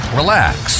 relax